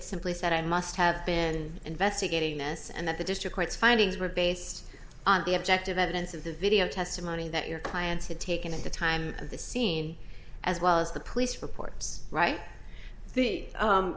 simply said i must have been investigating this and that the district white's findings were based on the objective evidence of the video testimony that your clients had taken at the time of the scene as well as the police reports right the